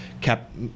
kept